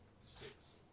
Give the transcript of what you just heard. Six